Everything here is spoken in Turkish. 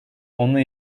ona